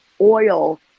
oil